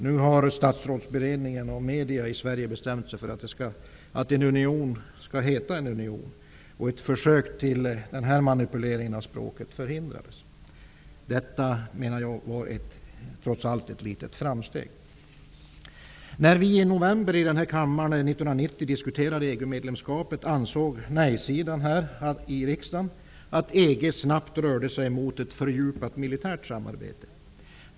Nu har statsrådsberedningen och medierna i Sverige bestämt sig för att en union skall heta union. Ett försök till den här manipuleringen av språket förhindrades. Detta var trots allt ett litet framsteg. När vi i november 1990 diskuterade EG medlemskapet i den här kammaren ansåg nej-sidan i riksdagen att EG snabbt rörde sig mot ett fördjupat militärt samarbete.